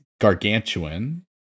gargantuan